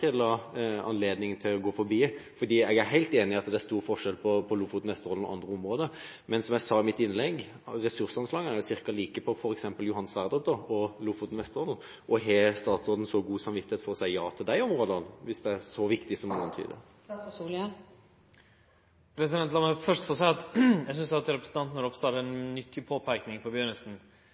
at det er stor forskjell på Lofoten, Vesterålen og andre områder. Men som jeg sa i mitt innlegg: Ressursanslagene er ca. like for f.eks. Johan Sverdrup og i Lofoten og Vesterålen. Har statsråden god samvittighet for å si ja til de områdene – hvis det er så viktig som han antyder? Lat meg først få seie at eg synest representanten Ropstad